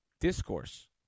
discourse